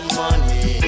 money